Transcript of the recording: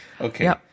Okay